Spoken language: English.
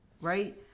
right